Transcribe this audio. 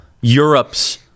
Europe's